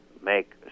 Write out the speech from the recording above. make